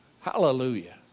Hallelujah